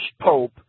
Pope